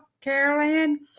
Carolyn